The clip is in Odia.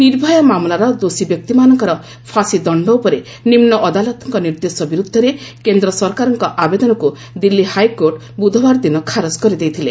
ନିର୍ଭୟା ମାମଲାର ଦୋଷୀ ବ୍ୟକ୍ତିମାନଙ୍କର ଫାଶୀଦଣ୍ଡ ଉପରେ ନିମୁଅଦାଲତଙ୍କ ନିର୍ଦ୍ଦେଶ ବିରୁଦ୍ଧରେ କେନ୍ଦ୍ର ସରକାରଙ୍କ ଆବେଦନକୁ ଦିଲ୍ଲୀ ହାଇକୋର୍ଟ ବୁଧବାର ଦିନ ଖାରଜ କରିଦେଇଥିଲେ